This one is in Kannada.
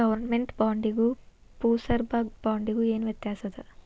ಗವರ್ಮೆನ್ಟ್ ಬಾಂಡಿಗೂ ಪುರ್ಸಭಾ ಬಾಂಡಿಗು ಏನ್ ವ್ಯತ್ಯಾಸದ